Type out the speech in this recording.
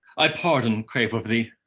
i pardon crave of thee,